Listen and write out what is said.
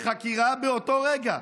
לחקירה באותו רגע.